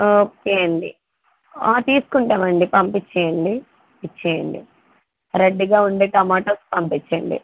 okay అండి తీసుకుంటామండి పంపించ్చేయండి ఇచ్చేయండి రెడ్గా ఉండే టోమాటోస్ పంపించండి